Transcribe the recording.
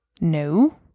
no